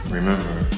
remember